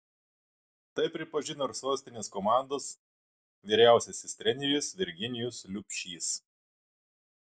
tai pripažino ir sostinės komandos vyriausiasis treneris virginijus liubšys